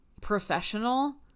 professional